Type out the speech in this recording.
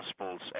Gospels